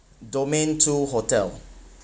domain two hotel